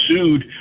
sued